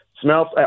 Smells